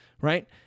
right